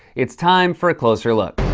it's time for a closer look.